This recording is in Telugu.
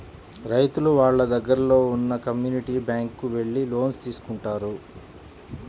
రైతులు వాళ్ళ దగ్గరలో ఉన్న కమ్యూనిటీ బ్యాంక్ కు వెళ్లి లోన్స్ తీసుకుంటారు